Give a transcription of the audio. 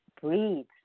breathe